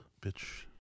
Bitch